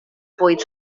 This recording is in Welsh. bwyd